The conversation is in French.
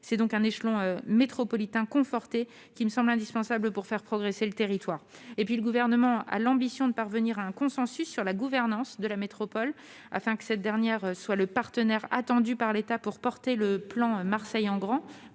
mutualisés. Un échelon métropolitain conforté est donc indispensable pour faire progresser le territoire. Le Gouvernement a l'ambition de parvenir à un consensus sur la gouvernance de la métropole d'Aix-Marseille-Provence, afin que cette dernière soit le partenaire attendu par l'État pour porter le plan « Marseille en grand